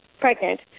pregnant